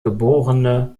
geb